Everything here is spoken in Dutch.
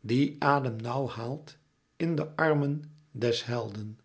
die adem nauw haalt in de armen des helden